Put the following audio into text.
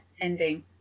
ending